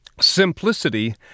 Simplicity